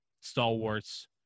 stalwarts